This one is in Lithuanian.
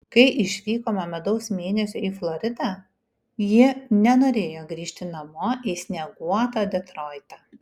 kai išvykome medaus mėnesiui į floridą ji nenorėjo grįžti namo į snieguotą detroitą